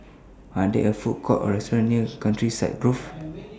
Are There Food Courts Or restaurants near Countryside Grove